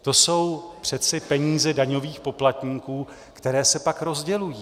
To jsou přece peníze daňových poplatníků, které se pak rozdělují.